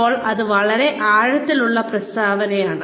ഇപ്പോൾ ഇത് വളരെ ആഴത്തിലുള്ള പ്രസ്താവനയാണ്